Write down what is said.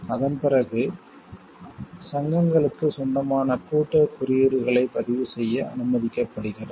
அதன்பிறகு சங்கங்களுக்கு சொந்தமான கூட்டு குறியீடுகளை பதிவு செய்ய அனுமதிக்கப்படுகிறது